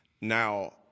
Now